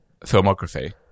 filmography